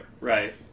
Right